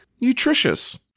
nutritious